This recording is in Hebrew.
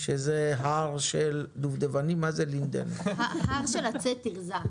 שזה הר של עצי תרזה,